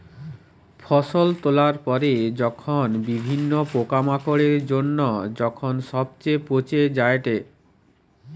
ফসল তোলার পরে যখন বিভিন্ন পোকামাকড়ের জন্য যখন সবচে পচে যায়েটে